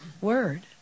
word